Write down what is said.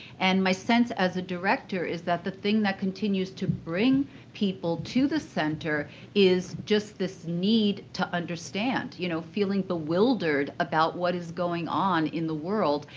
and my sense as a director is that the thing that continues to bring people to the center is just this need to understand. you know feeling bewildered about what is going on in the world.